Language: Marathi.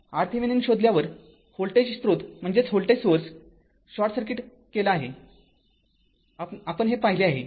RThevenin शोधल्यावर व्होल्टेज स्रोत शॉर्ट केला आहे आपण हे पाहिले आहे